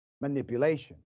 manipulation